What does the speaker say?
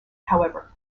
however